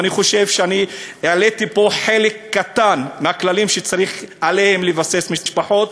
ואני חושב שהעליתי פה חלק קטן מהכללים שצריך עליהם לבסס משפחות.